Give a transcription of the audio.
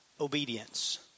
obedience